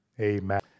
Amen